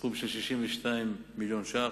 בסכום של 62 מיליון שקלים,